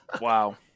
Wow